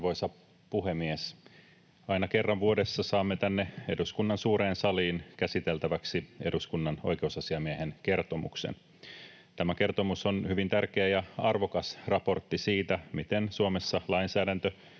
Arvoisa puhemies! Aina kerran vuodessa saamme tänne eduskunnan suureen saliin käsiteltäväksi eduskunnan oikeusasiamiehen kertomuksen. Tämä kertomus on hyvin tärkeä ja arvokas raportti siitä, miten Suomessa lainsäädäntö